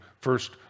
first